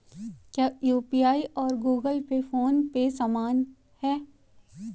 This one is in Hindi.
क्या यू.पी.आई और गूगल पे फोन पे समान हैं?